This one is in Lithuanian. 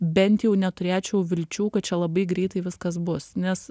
bent jau neturėčiau vilčių kad čia labai greitai viskas bus nes